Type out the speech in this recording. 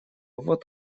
вот